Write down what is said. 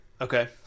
Okay